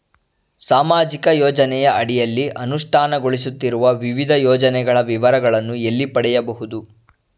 ಸಾಮಾಜಿಕ ಯೋಜನೆಯ ಅಡಿಯಲ್ಲಿ ಅನುಷ್ಠಾನಗೊಳಿಸುತ್ತಿರುವ ವಿವಿಧ ಯೋಜನೆಗಳ ವಿವರಗಳನ್ನು ಎಲ್ಲಿ ಪಡೆಯಬಹುದು?